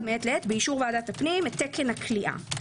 מעת לעת באישור ועדת הפנים את תקן הכליאה.